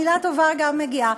מילה טובה גם מגיעה.